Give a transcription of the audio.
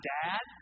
dad